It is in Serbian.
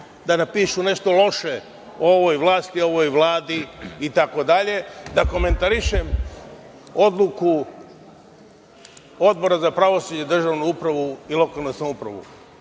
da napišu nešto loše o ovoj vlasti, o ovoj vladi itd, da komentarišem odluku Odbora za pravosuđe, državnu upravu i lokalnu samoupravu.